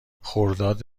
خرداد